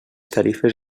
tarifes